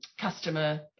customer